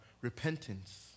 repentance